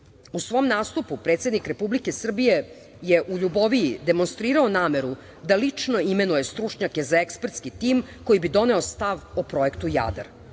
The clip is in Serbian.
svom nastupu predsednik Republike Srbije je u Ljuboviji demonstrirao nameru da lično imenuje stručnjake za ekspertski tim, koji bi doneo stav o Projektu „Jadar“.